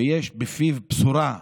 ויש בפיו בשורה: